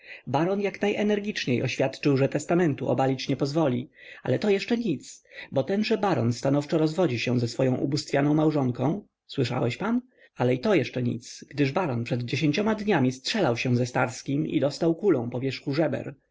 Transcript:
baron jak najenergiczniej oświadczył że testamentu obalić nie pozwoli ale to jeszcze nic bo tenże baron stanowczo rozwodzi się ze swoją ubóstwianą małżonką słyszałeś pan ale i to jeszcze nic gdyż baron przed dziesięcioma dniami strzelał się ze starskim i dostał kulą po wierzchu żeber